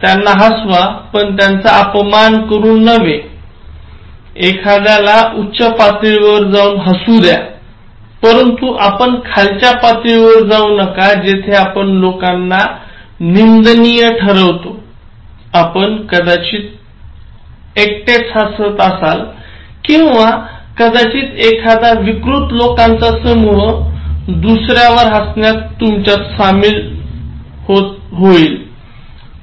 त्यांना हसवा पण त्यांचा अपमान करून न्हवे एखाद्याला उच्च पातळीवर जाऊन हसू द्या परंतु आपण खालच्या पातळीवर जाऊ नका जेथे आपण लोकांना निंदनीय ठरवतो आपण कदाचित एकटाच हसत असाल किंवा कदाचित एखादा विकृत लोकांचा समूह दुसऱ्यावर हसण्यात तुमच्यात सामील होईल